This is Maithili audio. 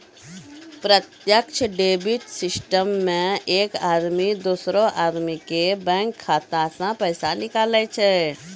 प्रत्यक्ष डेबिट सिस्टम मे एक आदमी दोसरो आदमी के बैंक खाता से पैसा निकाले छै